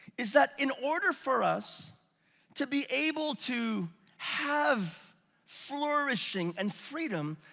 is that in order for us to be able to have flourishing and freedom,